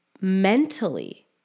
mentally